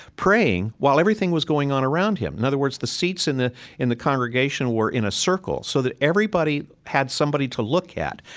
praying, while everything was going on around him. in other words, the seats in the in the congregation were in a circle so that everybody had somebody to look at.